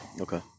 Okay